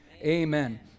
Amen